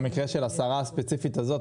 במקרה של השרה הספציפית הזו,